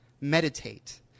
Meditate